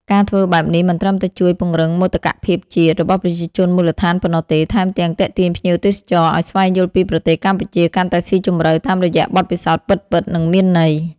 ការធ្វើបែបនេះមិនត្រឹមតែជួយ ពង្រឹងមោទកភាពជាតិ របស់ប្រជាជនមូលដ្ឋានប៉ុណ្ណោះទេ ថែមទាំង ទាក់ទាញភ្ញៀវទេសចរឲ្យស្វែងយល់ពីប្រទេសកម្ពុជាកាន់តែស៊ីជម្រៅ តាមរយៈបទពិសោធន៍ពិតៗ និងមានន័យ។